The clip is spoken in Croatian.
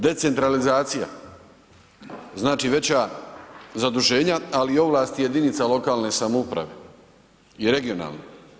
Decentralizacija, znači veća zaduženja ali i ovlasti jedinica lokalne samouprave i regionalne.